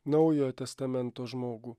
naujojo testamento žmogų